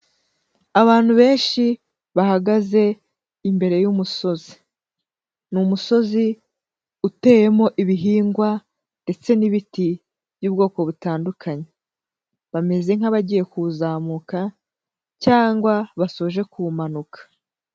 Abantu benshi bahagaze imbere y'umusozi. Ni umusozi uteyemo ibihingwa ndetse n'ibiti by'ubwoko butandukanye, bameze nk'abagiye kuwuzamuka cyangwa basoje kuwumanuka.